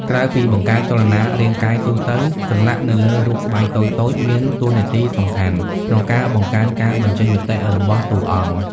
ក្រៅពីបង្កើតចលនារាងកាយទូទៅ សន្លាក់នៅលើរូបស្បែកតូចៗមានតួនាទីសំខាន់ក្នុងការបង្កើនការបញ្ចេញមតិរបស់តួអង្គ។